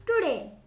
Today